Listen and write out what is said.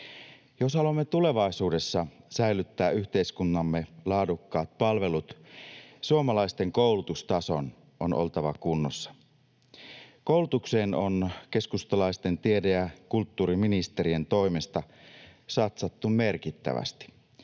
Jos haluamme tulevaisuudessa säilyttää yhteiskuntamme laadukkaat palvelut, suomalaisten koulutustason on oltava kunnossa. Koulutukseen on keskustalaisten tiede- ja kulttuuriministerien toimesta satsattu merkittävästi.